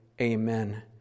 amen